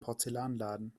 porzellanladen